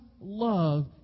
love